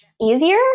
easier